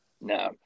No